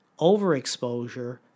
Overexposure